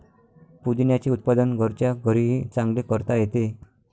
पुदिन्याचे उत्पादन घरच्या घरीही चांगले करता येते